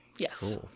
Yes